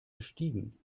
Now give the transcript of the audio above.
gestiegen